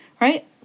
right